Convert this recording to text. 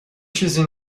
چیزی